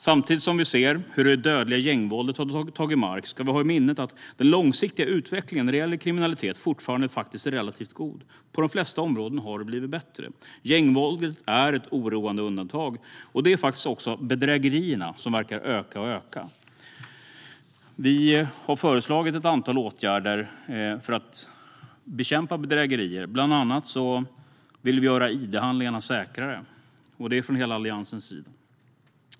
Samtidigt som vi ser hur det dödliga gängvåldet har tagit mark ska vi ha i minnet att den långsiktiga utvecklingen när det gäller kriminalitet fortfarande faktiskt är relativt god. På de flesta områden har det blivit bättre. Gängvåldet är ett oroande undantag, och det är faktiskt också bedrägerierna, som verkar öka och öka. Vi har föreslagit ett antal åtgärder för att bekämpa bedrägerier. Bland annat vill vi från hela Alliansens sida göra id-handlingarna säkrare.